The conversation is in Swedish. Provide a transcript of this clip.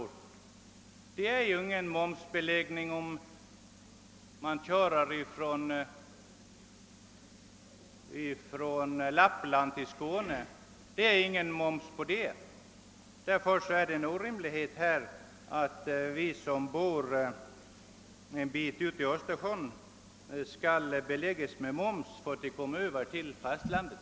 Man behöver ju inte betala någon moms om man reser från Lappland till Skåne. Därför är det orimligt att vi som bor en bit ut i Östersjön skall behöva betala moms för att kunna komma till fastlandet.